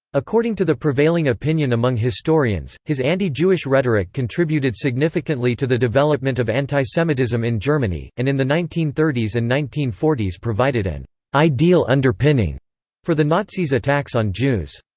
according to the prevailing opinion among historians, his anti-jewish rhetoric contributed significantly to the development of antisemitism in germany, and in the nineteen thirty s and nineteen forty s provided an ideal underpinning for the nazis' attacks on jews.